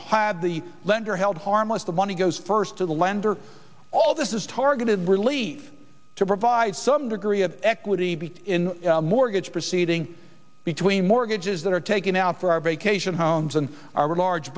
hide the lender held harmless the money goes first to the lender all this is targeted relief to provide some degree of equity in the mortgage proceeding between mortgages that are taken out for our vacation homes and our large